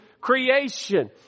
creation